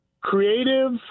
Creative